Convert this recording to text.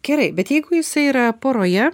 gerai bet jeigu jisai yra poroje